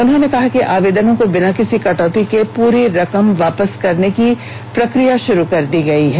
उन्होंने कहा कि आवेदकों को बिना किसी कटौती के पूरी रकम वापस करने की प्रक्रिया शुरू कर दी गई है